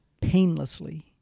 painlessly